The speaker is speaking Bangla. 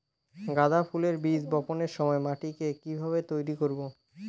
গাদা ফুলের বীজ বপনের সময় মাটিকে কিভাবে তৈরি করব?